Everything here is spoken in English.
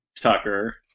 Tucker